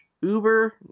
Uber